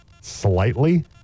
Slightly